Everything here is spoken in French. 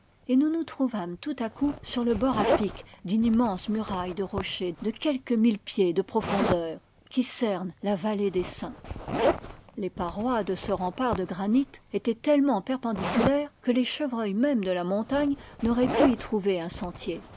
et nous nous trouvâmes tout à coup sur le bord à pic d'une immense muraille de rochers de quelques mille pieds de profondeur qui cernent la vallée des saints les parois de ce rempart de granit étaient tellement perpendiculaires que les chevreuils mêmes de la montagne n auraient pu y trouver un sentier